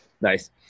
nice